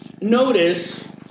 Notice